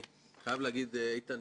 את הרגשות של חברי הכנסת.